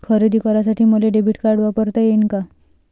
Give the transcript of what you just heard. खरेदी करासाठी मले डेबिट कार्ड वापरता येईन का?